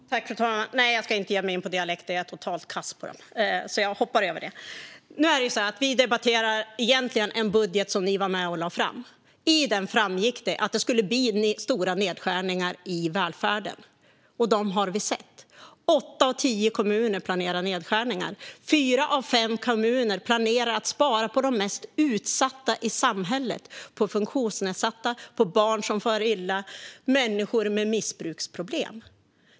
Fru talman! Nej, jag ska inte ge mig in på dialekter. Jag är totalt kass på dem, så jag hoppar över det. Vi debatterar egentligen en budget som ni var med och lade fram. I den framgick att det skulle bli stora nedskärningar i välfärden, och dem har vi sett. Åtta av tio kommuner planerar nedskärningar. Fyra av fem kommuner planerar att spara på de mest utsatta i samhället: funktionsnedsatta, barn som far illa, människor med missbruksproblem.